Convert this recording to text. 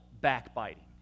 backbiting